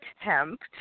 attempt